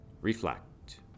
Reflect